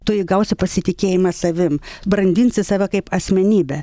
tu įgausi pasitikėjimą savim brandinsi save kaip asmenybę